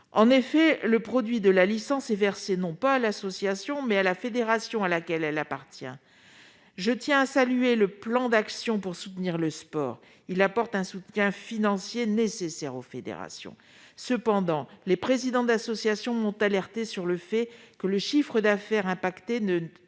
En effet, le produit de la licence est versé, non pas à l'association, mais à la fédération à laquelle elle appartient. Je tiens à saluer le plan d'action en faveur du sport, qui apporte un soutien financier nécessaire aux fédérations. Toutefois, les présidents d'association m'ont alertée sur le fait que, pour la plupart des